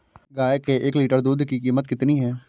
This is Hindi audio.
गाय के एक लीटर दूध की कीमत कितनी है?